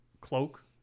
cloak